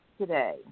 today